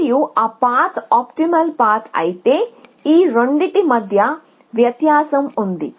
మరియు ఆ path optimal path అయితే ఈ రెండింటి మధ్య వ్యత్యాసం ఉంది